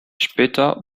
später